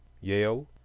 Yale